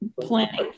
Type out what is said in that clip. planning